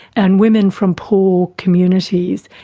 and women from poor communities.